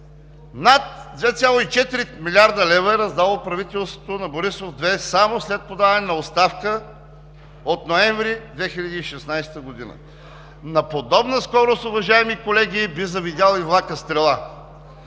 Над 2,4 млрд. лв. е раздало правителството Борисов 2 само след подаването на оставка през ноември 2016 г. На подобна скорост, уважаеми колеги, би завидял и влакът стрела.